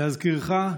להזכירך,